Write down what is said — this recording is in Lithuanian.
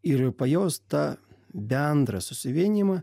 ir pajaus tą bendrą susivienijimą